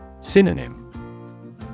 Synonym